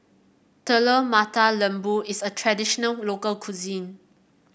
Telur Mata Lembu is a traditional local cuisine